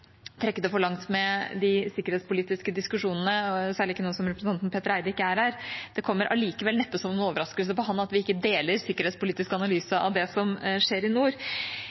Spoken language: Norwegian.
trekke det for langt med de sikkerhetspolitiske diskusjonene, særlig ikke nå som representanten Petter Eide ikke er her. Det kommer allikevel neppe som noen overraskelse på han at vi ikke deler sikkerhetspolitisk analyse av det som skjer i nord.